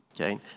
okay